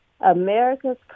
America's